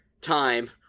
time